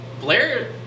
Blair